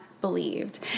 believed